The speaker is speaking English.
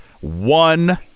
one